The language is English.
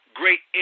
great